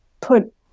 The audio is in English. put